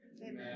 Amen